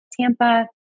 Tampa